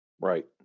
Right